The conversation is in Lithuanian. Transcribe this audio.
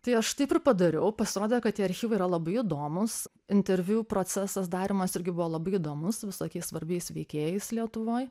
tai aš taip ir padariau pasirodė kad tie archyvai yra labai įdomūs interviu procesas darymas irgi buvo labai įdomus su visokiais svarbiais veikėjais lietuvoj